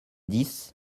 dix